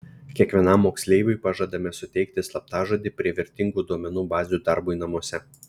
kiekvienam moksleiviui pažadame suteikti slaptažodį prie vertingų duomenų bazių darbui namuose